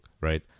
right